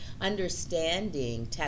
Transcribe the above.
understanding